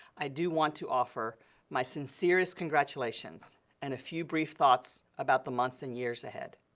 i do want to offer my sincerest congratulations and a few brief thoughts about the months and years ahead.